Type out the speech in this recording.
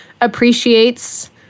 appreciates